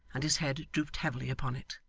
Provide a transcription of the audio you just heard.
and his head drooped heavily upon it.